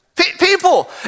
People